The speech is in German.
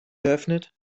geöffnet